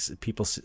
People